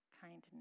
kindness